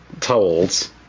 towels